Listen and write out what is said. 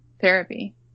therapy